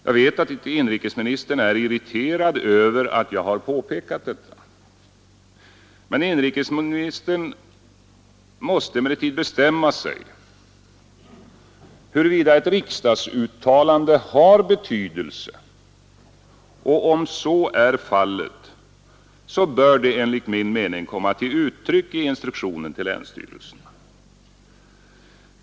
Jag vet att inrikesministern är irriterad över att jag påpekat detta. Han måste emellertid bestämma sig för huruvida ett riksdagsuttalande har betydelse, och om så är fallet bör det komma till uttryck i instruktionen till länsstyrelserna.